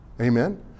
Amen